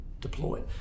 deployed